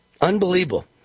Unbelievable